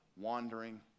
wandering